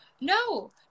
no